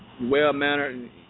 well-mannered